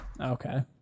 Okay